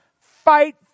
fight